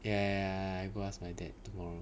ya ya ya ya I go ask my dad tomorrow